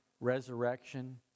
resurrection